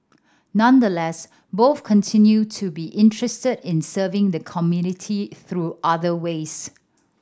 nonetheless both continue to be interested in serving the community through other ways